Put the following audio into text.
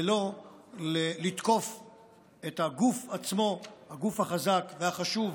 ולא לתקוף את הגוף עצמו, הגוף החזק והחשוב,